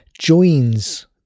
joins